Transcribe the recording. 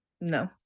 No